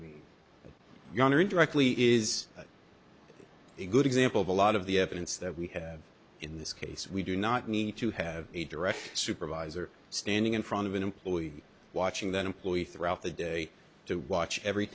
going or indirectly is a good example of a lot of the evidence that we have in this case we do not need to have a direct supervisor standing in front of an employee watching that employee throughout the day to watch every